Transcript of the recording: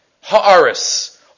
Ha'aris